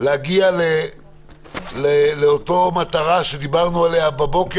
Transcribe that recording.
האם הצלחתם להגיע למטרה שדיברנו עליה בבוקר